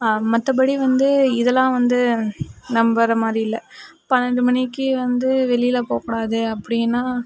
மற்றபடி வந்து இதுலாம் வந்து நம்புற மாதிரி இல்லை பன்னெண்டு மணிக்கு வந்து வெளியில் போக கூடாது அப்படினா